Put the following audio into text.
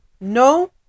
No